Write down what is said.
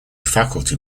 faculty